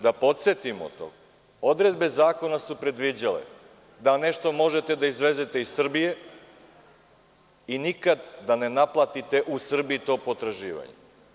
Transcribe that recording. Da podsetim, odredbe zakona su predviđale da nešto možete da izvezete iz Srbije i nikada da ne naplatite u Srbiji to potraživanje.